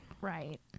Right